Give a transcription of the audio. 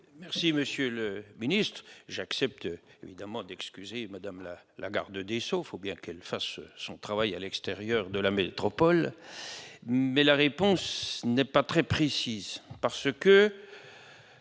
Merci, Monsieur le Ministre, j'accepte évidemment d'excuser Madame la Garde des Sceaux, faut bien qu'elle fasse son travail, à l'extérieur de la métropole, mais la réponse n'est pas très précises parce que